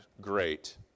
great